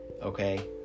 Okay